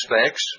aspects